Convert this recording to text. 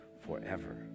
forever